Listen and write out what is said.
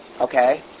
Okay